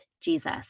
Jesus